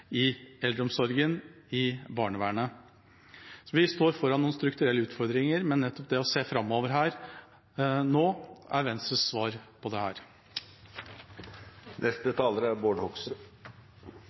i eldreomsorgen, i barnevernet. Så vi står foran noen strukturelle utfordringer, men nettopp det å se framover nå er Venstres svar på